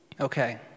Okay